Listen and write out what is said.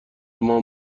مام